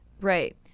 right